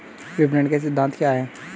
विपणन के सिद्धांत क्या हैं?